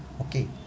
okay